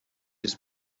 his